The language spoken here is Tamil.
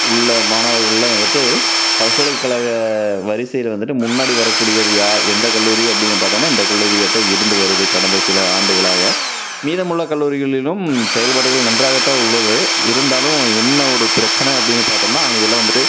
உள்ள மாணவர்கள் எல்லாம் வந்துவிட்டு பல்கலைக்கழக வரிசையில் வந்துவிட்டு முன்னாடி வரக்கூடியது யார் எந்த கல்லூரி அப்படின்னு பார்த்தோம்னா இந்த கல்லூரியாக தான் இருந்து வருது கடந்த சில ஆண்டுகளாக மீதமுள்ள கல்லூரிகளிலும் செயல்பாடுகள் நன்றாக தான் உள்ளது இருந்தாலும் என்ன ஒரு பிரச்சனை அப்படின்னு பார்த்தோம்னா அங்கே எல்லாம் வந்துவிட்டு